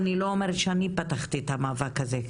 אני לא אומרת שאני פתחתי את המאבק הזה,